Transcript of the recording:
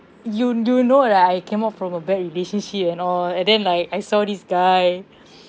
you you know that I came out from a bad relationship and all and then like I saw this guy